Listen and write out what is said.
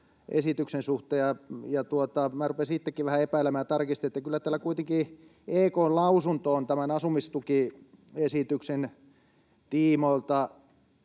esityksen suhteen. Minä rupesin itsekin vähän epäilemään ja tarkistin, että kyllä täällä kuitenkin EK:n lausunto on tämän asumistukiesityksen tiimoilta,